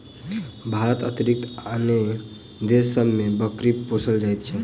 भारतक अतिरिक्त आनो देश सभ मे बकरी पोसल जाइत छै